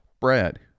Brad